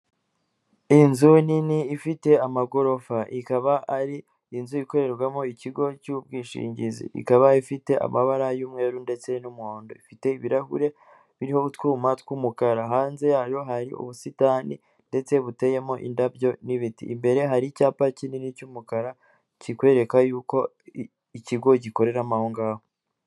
Inzu nini ifite amagorofa, ikaba ari inzu ikorerwamo ikigo cy'ubwishingizi ikaba ifite amabara y'umweru ndetse n'umuhondo ifite ibirahure biririmo utwuma tw'umukara, hanze yayo hari ubusitani ndetse buteyemo indabyo n'ibiti, imbere hari icyapa kinini cy'umukara kikwereka yuko ikigo gikoreramo ngaho.